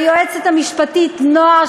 ליועצת המשפטית נועה,